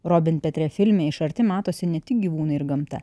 robin petrų filme iš arti matosi ne tik gyvūnai ir gamta